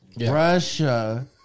Russia